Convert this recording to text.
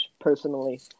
personally